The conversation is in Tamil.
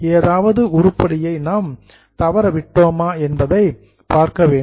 ஏதாவது உருப்படியை நாம் மிஸ்ஸிங் தவறவிட்டோமா என்பதை பார்க்க வேண்டும்